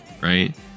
right